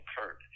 occurred